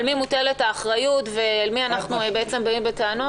על מי מוטלת האחריות ולמי אנחנו באים בטענות,